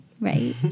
right